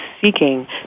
seeking